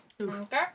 Okay